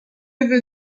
neveu